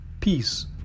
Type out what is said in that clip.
peace